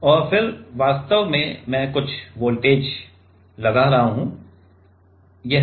और फिर वास्तव में मैं कुछ वोल्टेज लगा रहा हूं